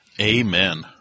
Amen